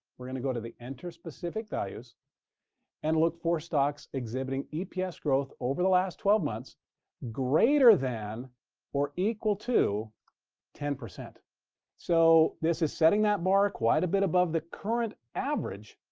we're going to go to the enter specific values and look for stocks exhibiting eps growth over the last twelve months greater than or equal to ten. so this is setting that bar quite a bit above the current average,